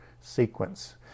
sequence